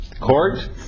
court